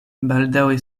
baldaŭe